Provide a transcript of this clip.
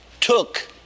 took